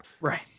right